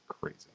Crazy